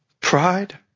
Pride